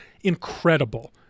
Incredible